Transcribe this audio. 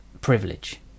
privilege